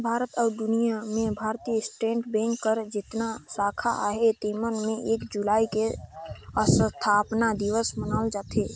भारत अउ दुनियां में भारतीय स्टेट बेंक कर जेतना साखा अहे तेमन में एक जुलाई के असथापना दिवस मनाल जाथे